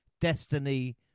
Destiny